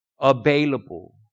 available